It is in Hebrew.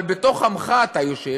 אבל בתוך עמך אתה יושב: